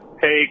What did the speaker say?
Hey